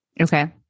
Okay